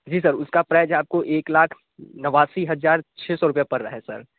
जी sir उसका price आपको एक लाख नवासी हज़ार छः सौ रुपया पर रहे है सर